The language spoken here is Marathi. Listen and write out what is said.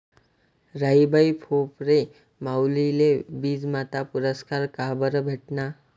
राहीबाई फोफरे माउलीले बीजमाता पुरस्कार काबरं भेटना?